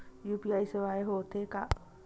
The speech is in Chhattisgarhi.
यू.पी.आई सेवाएं हो थे का?